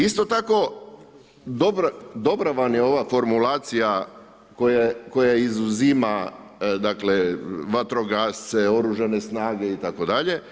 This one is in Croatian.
Isto tako, dobra vam je ova formulacija koje izuzima vatrogasce, oružane snage, itd.